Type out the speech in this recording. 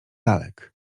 lalek